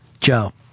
Joe